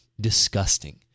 disgusting